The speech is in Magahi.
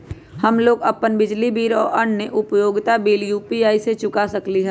हम लोग अपन बिजली बिल और अन्य उपयोगिता बिल यू.पी.आई से चुका सकिली ह